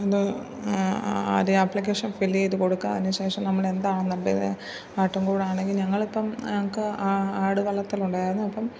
അത് ആദ്യം application fill ചെയ്ത് ചെയ്തുകൊടുക്കുക അതിനുശേഷം നമ്മൾ എന്താണ് നല്ലത് ആട്ടുംകൂടാണെങ്കിൽ ഞങ്ങളിപ്പം ഞങ്ങൾക്ക് ആട് വളർത്തൽ ഉണ്ടായിരുന്നു അപ്പം